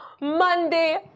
Monday